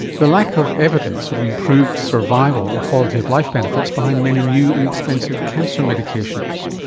the lack of evidence of improved survival and quality of life benefits behind many new and expensive cancer medications.